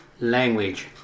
Language